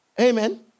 Amen